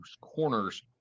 corners